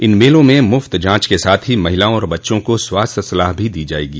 इन मेलों में मुफ्त जांच के साथ ही महिलाओं और बच्चों को स्वास्थ्य सलाह भी दी जायेगी